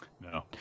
No